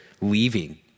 leaving